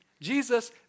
Jesus